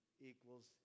equals